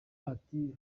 ati